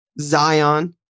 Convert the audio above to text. Zion